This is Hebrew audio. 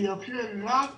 שיאפשר רק